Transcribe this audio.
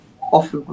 off